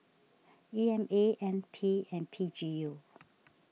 E M A N P and P G U